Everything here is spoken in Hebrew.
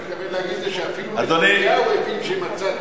הוא מתכוון להגיד שאפילו נתניהו הבין שמצע,